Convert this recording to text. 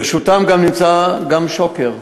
ברשותם נמצא גם שוקר.